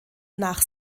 nach